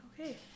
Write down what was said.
okay